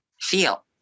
feel